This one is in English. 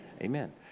Amen